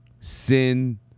Sin